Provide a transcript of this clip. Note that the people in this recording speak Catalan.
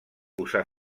posà